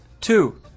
Two